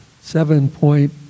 seven-point